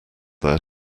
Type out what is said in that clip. there